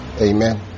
Amen